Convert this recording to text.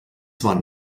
waren